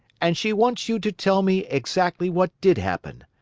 and she wants you to tell me exactly what did happen.